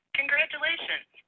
congratulations